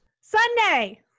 Sunday